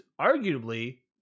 arguably